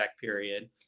period